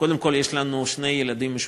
קודם כול, יש לנו שני ילדים משותפים,